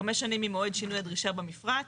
חמש שנים ממועד שינוי הדרישה במפרט.